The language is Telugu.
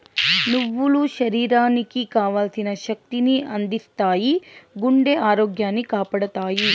నువ్వులు శరీరానికి కావల్సిన శక్తి ని అందిత్తాయి, గుండె ఆరోగ్యాన్ని కాపాడతాయి